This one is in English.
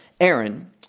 aaron